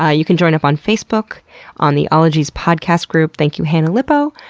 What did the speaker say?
ah you can join up on facebook on the ologies podcast group. thank you, hannah lipow,